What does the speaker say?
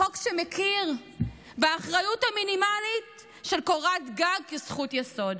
החוק שמכיר באחריות המינימלית לקורת גג כזכות יסוד.